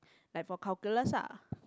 like for calculus ah